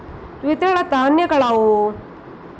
ದ್ವಿದಳ ಧಾನ್ಯಗಳಾವುವು?